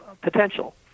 potential